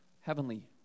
heavenly